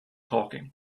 talking